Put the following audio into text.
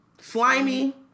Slimy